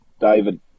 David